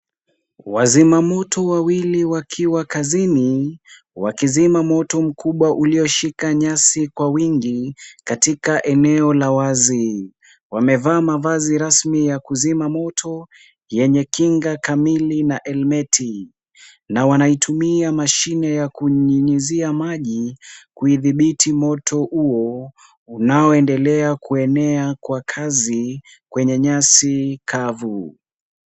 Wazima moto wawili wakiwa kazini, wakizima moto mkubwa ulioshika nyasi kwa wingi katika eneo la wazi ,wamevaa mavazi rasmi ya kuzima moto yenye kinga kamili na helmeti na wanaitumia mashine ya kunyunyizia maji kuidhibiti moto huo unaoendelea kuenea kwa kasi kwenye nyasi kavu .